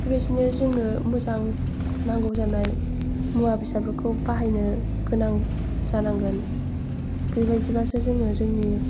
बिबायदिनो जोङो मोजां नांगौ जानाय मुवा बेसादफोरखौ बाहायनो गोनां जानांगोन बिबायदिबासो जोङो जोंनि